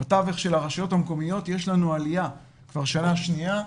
בטווח של הרשויות המקומיות יש לנו עליה כבר שנה שניה.